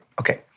Okay